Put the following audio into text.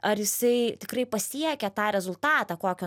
ar jisai tikrai pasiekė tą rezultatą kokio